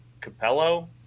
Capello